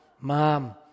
mom